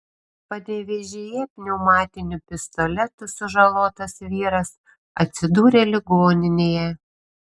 panevėžyje pneumatiniu pistoletu sužalotas vyras atsidūrė ligoninėje